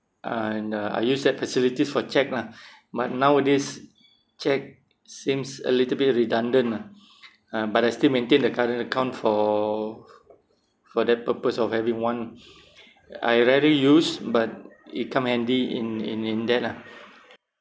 and uh I use that facilities for cheque lah but nowadays cheque seems a little bit redundant lah uh but I still maintain the current account for for the purpose of having one lah I rarely use but it come handy in in in that lah